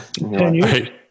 Right